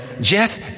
Jeff